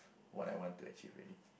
what I want to achieve already